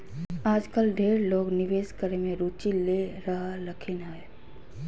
आजकल ढेर लोग निवेश करे मे रुचि ले रहलखिन हें